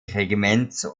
regiments